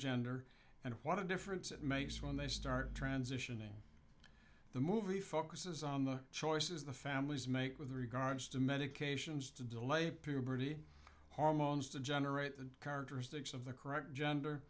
gender and what a difference it makes when they start transitioning the movie focuses on the choices the families make with regards to medications to delay puberty hormones to generate the characteristics of the correct gender